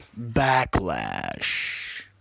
backlash